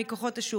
מכוחות השוק.